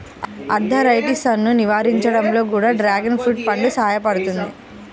ఆర్థరైటిసన్ను నివారించడంలో కూడా డ్రాగన్ ఫ్రూట్ పండు సహాయపడుతుంది